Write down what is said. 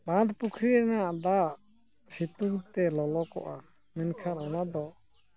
ᱵᱟᱸᱫᱷ ᱯᱩᱠᱷᱨᱤ ᱨᱮᱱᱟᱜ ᱫᱟᱜ ᱥᱤᱛᱩᱝ ᱛᱮ ᱞᱚᱞᱚ ᱠᱚᱜᱼᱟ ᱢᱮᱱᱠᱷᱟᱱ ᱚᱱᱟ ᱫᱚ